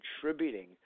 contributing